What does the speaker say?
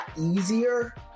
easier